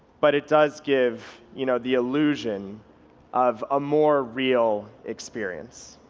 but it does give you know the illusion of a more real experience.